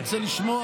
אתה רוצה לשמוע?